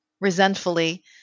resentfully